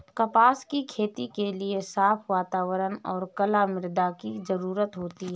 कपास की खेती के लिए साफ़ वातावरण और कला मृदा की जरुरत होती है